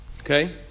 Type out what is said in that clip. Okay